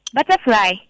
Butterfly